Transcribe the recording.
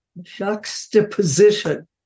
juxtaposition